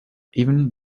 ibn